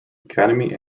academy